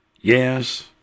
Yes